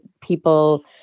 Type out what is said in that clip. people